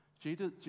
Jesus